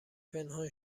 پنهان